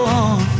on